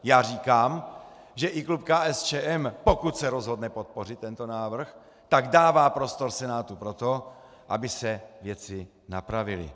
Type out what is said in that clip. Já říkám, že i klub KSČM, pokud se rozhodne podpořit tento návrh, tak dává prostor Senátu pro to, aby se věci napravily.